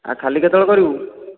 ଆଉ ଖାଲି କେତେବେଳେ କରିବୁ